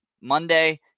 Monday